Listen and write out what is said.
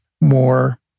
more